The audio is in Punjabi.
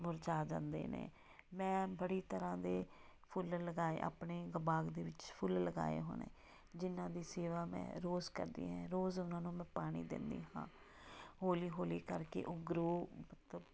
ਮੁਰਝਾ ਜਾਂਦੇ ਨੇ ਮੈਂ ਬੜੀ ਤਰ੍ਹਾਂ ਦੇ ਫੁੱਲ ਲਗਾਏ ਆਪਣੇ ਬਾਗ ਦੇ ਵਿੱਚ ਫੁੱਲ ਲਗਾਏ ਹੋਣੇ ਜਿਨ੍ਹਾਂ ਦੀ ਸੇਵਾ ਮੈਂ ਰੋਜ਼ ਕਰਦੀ ਹੈ ਰੋਜ਼ ਉਹਨਾਂ ਨੂੰ ਮੈਂ ਪਾਣੀ ਦਿੰਦੀ ਹਾਂ ਹੌਲੀ ਹੌਲੀ ਕਰਕੇ ਉਹ ਗਰੋ ਮਤਲਬ